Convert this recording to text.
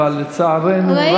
אבל לצערנו,